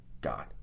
god